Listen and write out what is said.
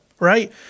Right